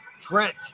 trent